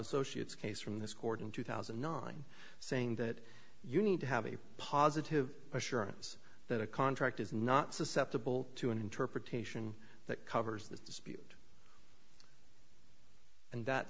associates case from this court in two thousand and nine saying that you need to have a positive assurance that a contract is not susceptible to an interpretation that covers this and that